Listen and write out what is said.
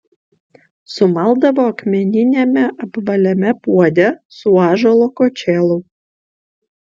sumaldavo akmeniniame apvaliame puode su ąžuolo kočėlu